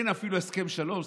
אין אפילו הסכם שלום,